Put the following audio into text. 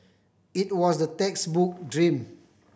it was the textbook dream